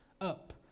Up